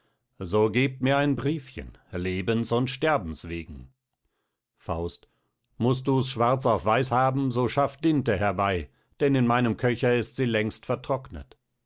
so gebt mir ein briefchen lebens und sterbens wegen faust must dus schwarz auf weiß haben so schaff dinte herbei denn in meinem köcher ist sie längst vertrocknet